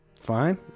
fine